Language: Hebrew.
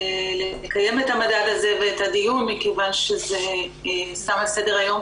לקיים את המדד הזה ואת הדיון מכיוון שזה שם על סדר-היום